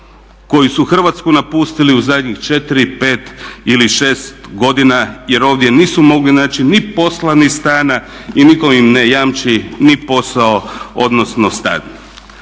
koji su Hrvatsku napustili u zadnjih 4, 5 ili 6 godina jer ovdje nisu mogli naći ni posla ni stana i nitko im ne jamči ni posao odnosno stan.